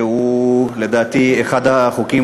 ולדעתי זה אחד החוקים